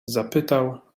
zapytał